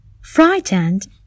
frightened